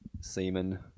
semen